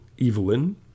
Evelyn